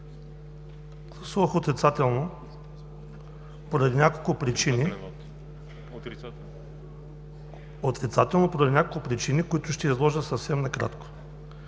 Гласувах отрицателно поради няколко причини, които ще изложа съвсем накратко.